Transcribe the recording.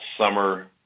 summer